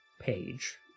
page